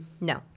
No